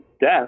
death